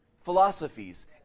philosophies